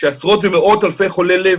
שעשרות ומאות אלפי חולי לב,